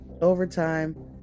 overtime